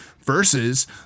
Versus